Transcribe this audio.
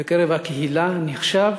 בקרב הקהילה, נחשב